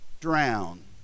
drown